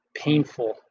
painful